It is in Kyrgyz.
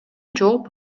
жооп